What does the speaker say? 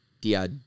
Dia